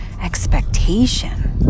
expectation